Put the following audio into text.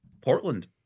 Portland